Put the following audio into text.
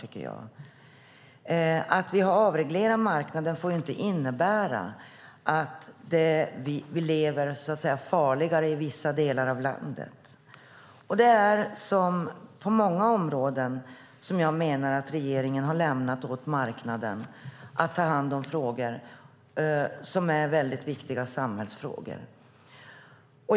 Vi har avreglerat marknaden, men det får inte innebära att man lever farligare i vissa delar av landet. Jag menar att det är samma sak som på många områden där regeringen har lämnat åt marknaden att ta hand om frågor som är viktiga samhällsfrågor.